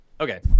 Okay